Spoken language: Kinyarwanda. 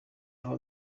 aho